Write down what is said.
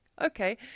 Okay